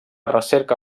recerca